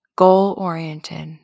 goal-oriented